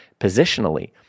positionally